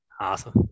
Awesome